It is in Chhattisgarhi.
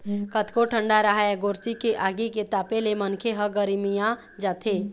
कतको ठंडा राहय गोरसी के आगी के तापे ले मनखे ह गरमिया जाथे